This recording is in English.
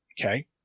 Okay